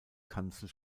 kanzel